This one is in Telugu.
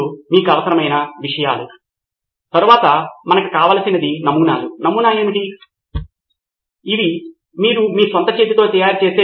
నితిన్ కురియన్ అవును మనము వ్యక్తిగత భాగస్వామ్యాన్ని ప్రోత్సహించాలనుకోవడం లేదు కాని అన్ని భాగస్వామ్యంలు జరగాలని మనము కోరుకుంటున్నాము తద్వారా అది ఒక చివరి ప్రతికి దోహదం చేస్తుంది